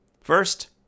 First